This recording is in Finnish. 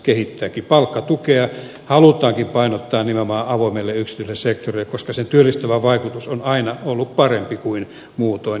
palkkatukea halutaankin painottaa nimenomaan avoimelle ja yksityiselle sektorille koska sen työllistävä vaikutus on aina ollut parempi kuin muutoin